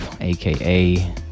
aka